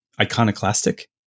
iconoclastic